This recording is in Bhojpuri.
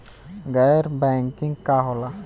गैर बैंकिंग का होला?